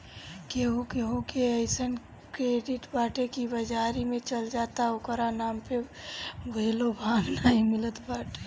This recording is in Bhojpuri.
केहू केहू के अइसन क्रेडिट बाटे की बाजारी में चल जा त ओकरी नाम पे भुजलो भांग नाइ मिलत बाटे